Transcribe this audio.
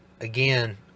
Again